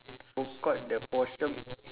food court the portion